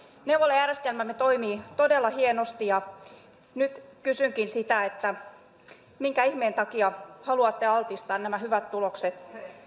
neuvolajärjestelmämme toimii todella hienosti ja nyt kysynkin minkä ihmeen takia haluatte altistaa nämä hyvät tulokset